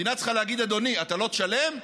המדינה צריכה להגיד: אדוני, אתה לא תשלם?